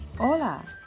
Hola